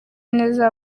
neza